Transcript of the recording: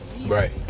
Right